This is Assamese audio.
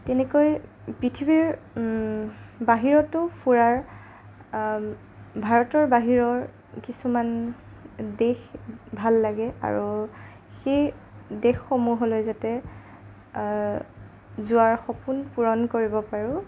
তেনেকৈ পৃথিৱীৰ বাহিৰতো ফুৰাৰ ভাৰতৰ বাহিৰৰ কিছুমান দেশ ভাল লাগে আৰু সেই দেশসমূহলৈ যাতে যোৱাৰ সপোন পূৰণ কৰিব পাৰো